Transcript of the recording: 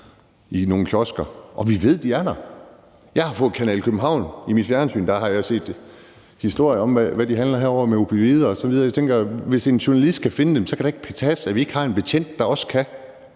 i nogle kiosker. Og vi ved, de er der. Jeg har fået københavnske kanaler på mit fjernsyn, og der har jeg set historier om, hvad de handler herovre af opioider osv. Jeg tænker, at hvis en journalist kan finde dem, kan det ikke passe, at vi ikke har en betjent, der også kan.